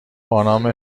بانام